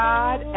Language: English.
God